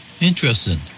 Interesting